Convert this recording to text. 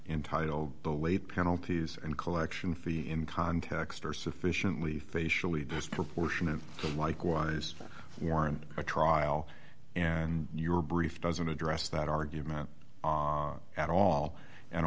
entitle the late penalties and collection fee in context are sufficiently facially disproportionate likewise warrant a trial and your brief doesn't address that argument at all and